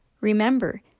Remember